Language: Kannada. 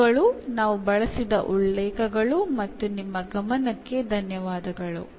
ಇವುಗಳು ನಾವು ಬಳಸಿದ ಉಲ್ಲೇಖಗಳು ಮತ್ತು ನಿಮ್ಮ ಗಮನಕ್ಕೆ ಧನ್ಯವಾದಗಳು